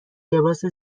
لباس